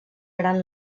gran